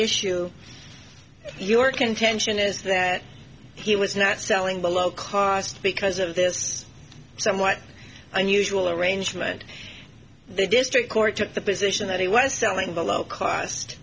issue your contention is that he was not selling below cost because of this somewhat unusual arrangement the district court took the position that he was selling below